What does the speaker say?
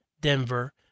Denver